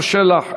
עפר שלח?